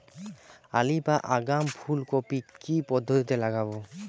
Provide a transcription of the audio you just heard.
Early বা আগাম ফুল কপি কি পদ্ধতিতে লাগাবো?